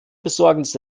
besorgnis